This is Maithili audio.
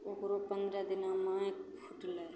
ओकरो पनरह दिनामे आँखि फुटलै